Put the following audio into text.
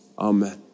Amen